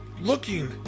looking